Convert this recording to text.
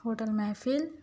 hotel محفِل